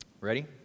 Ready